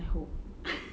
I hope